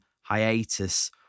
hiatus